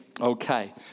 Okay